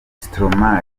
stromae